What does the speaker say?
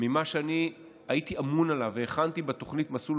ממה שאני הייתי אמון עליו והכנתי בתוכנית מסלול